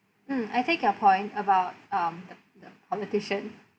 mm I take your point about um the the politician